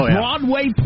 Broadway